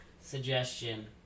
suggestion